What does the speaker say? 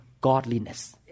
godliness